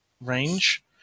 range